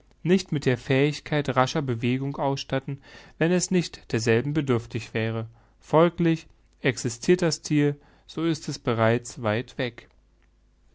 nicht mit der fähigkeit rascher bewegung ausstatten wenn es nicht derselben bedürftig wäre folglich existirt das thier so ist es bereits weit weg